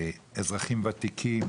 אזרחים וותיקים,